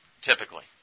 typically